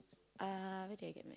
uh where do I get mine